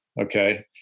okay